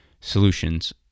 solutions